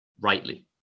rightly